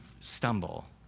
stumble